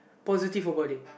positive about it